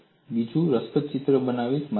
હું બીજું રસપ્રદ ચિત્ર બતાવીશ